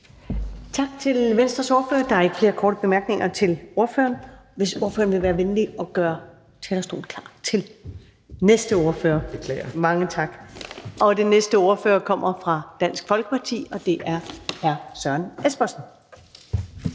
Tak til Venstres ordfører. Der er ikke flere korte bemærkninger til ordføreren. Jeg vil lige bede ordføreren om at gøre talerstolen klar til den næste ordfører. Mange tak. Og den næste ordfører kommer fra Dansk Folkeparti, og det er hr. Søren Espersen.